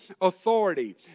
authority